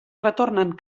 retornen